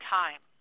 time